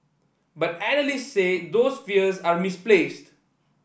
but analysts say those fears are misplaced